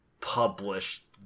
published